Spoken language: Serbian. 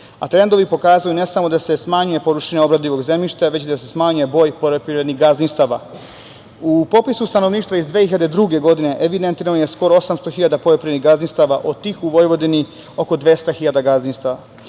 Trendovi pokazuju, ne samo da se smanjuje površina obradivog zemljišta, već i da se smanjuje broj poljoprivrednih gazdinstava.U popisu stanovništva iz 2002. godine evidentirano je skoro 800.000 poljoprivrednih gazdinstava, od tih u Vojvodini oko 200.000 gazdinstava.